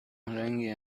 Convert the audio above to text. رنگی